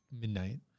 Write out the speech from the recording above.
midnight